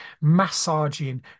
massaging